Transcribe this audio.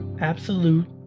Absolute